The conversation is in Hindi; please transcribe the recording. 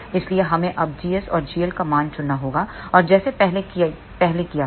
इसलिए हमें अब gs और gl का मान चुनना होगा जैसा हमने पहले किया था